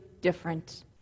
different